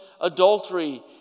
adultery